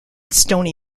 stony